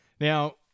Now